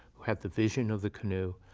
who had the vision of the canoe,